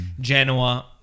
Genoa